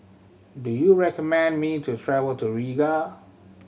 do you recommend me to travel to Riga